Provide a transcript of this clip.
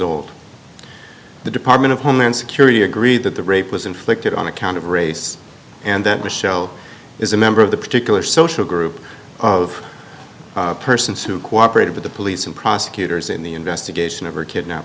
old the department of homeland security agreed that the rape was inflicted on account of race and that michelle is a member of the particular social group of persons who cooperated with the police and prosecutors in the investigation of her kidnap